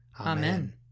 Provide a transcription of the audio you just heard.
Amen